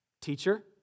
teacher